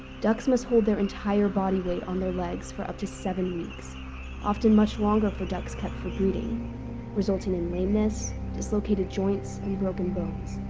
ducks must hold their entire body weight on their legs for up to seven weeks often much longer for ducks kept for breeding resulting in lameness, dislocated joints and broken bones.